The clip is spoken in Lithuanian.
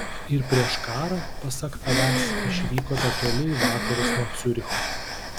ir prieš karą pasak tavęs išvykote toli į vakarus nuo ciuricho